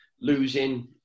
losing